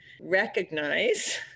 recognize